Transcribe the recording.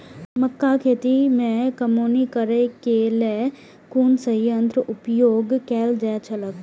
मक्का खेत में कमौनी करेय केय लेल कुन संयंत्र उपयोग कैल जाए छल?